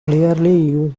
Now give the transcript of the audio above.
clearly